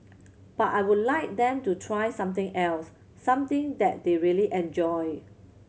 but I would like them to try something else something that they really enjoy